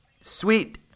Sweet